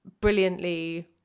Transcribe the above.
brilliantly